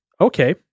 okay